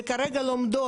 שכרגע לומדות,